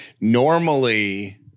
normally